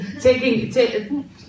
taking